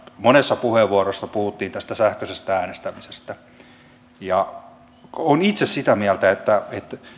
monessa puheenvuorossa puhuttiin sähköisestä äänestämisestä olen itse sitä mieltä että